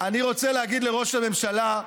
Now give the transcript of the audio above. אני רוצה להגיד לראש הממשלה: